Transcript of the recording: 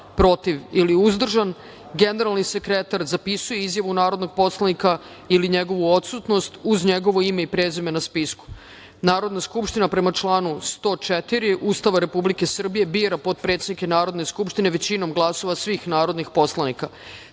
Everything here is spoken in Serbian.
„protiv“, ili „uzdržan“. Generalni sekretar zapisuje izjavu narodnog poslanika ili njegovu odsutnost uz njegovo ime i prezime na spisku. Narodna Skupština, prema članu 104. Ustava Republike Srbije, bira potpredsednike Narodne skupštine većinom glasova svih narodnih poslanika